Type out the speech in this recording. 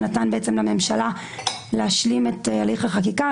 ונתן לממשלה להשלים את הליך החקיקה.